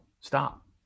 stop